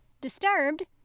Disturbed